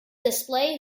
display